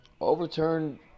overturned